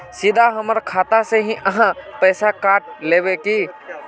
सीधा हमर खाता से ही आहाँ पैसा काट लेबे की?